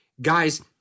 Guys